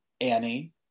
Annie